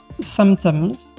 symptoms